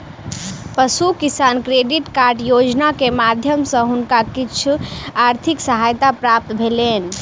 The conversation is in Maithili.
पशु किसान क्रेडिट कार्ड योजना के माध्यम सॅ हुनका किछ आर्थिक सहायता प्राप्त भेलैन